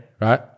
Right